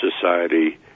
Society